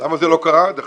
למה זה לא קרה עד עכשיו?